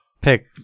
Pick